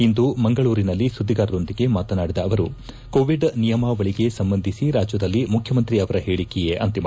ಇಂದು ಮಂಗಳೂರಿನಲ್ಲಿ ಸುದ್ದಿಗಾರರೊಂದಿಗೆ ಮಾತನಾಡಿದ ಅವರು ಕೋವಿಡ್ ನಿಯಮಾವಳಿಗೆ ಸಂಬಂಧಿಸಿ ರಾಜ್ಯದಲ್ಲಿ ಮುಖ್ಯಮಂತ್ರಿ ಅವರ ಹೇಳಿಕೆಯೇ ಅಂತಿಮ